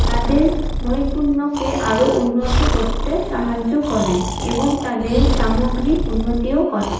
তাদের নৈপুণ্যকে আরও উন্নত করতে সাহায্য করে এবং তাদের সামগ্রিক উন্নতিও করে